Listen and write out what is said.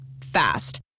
Fast